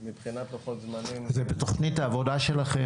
זה בתוכנית העבודה שלכם?